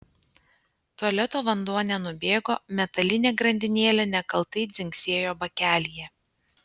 tualeto vanduo nenubėgo metalinė grandinėlė nekaltai dzingsėjo bakelyje